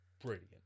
brilliant